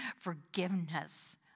forgiveness